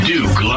Duke